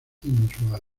inusuales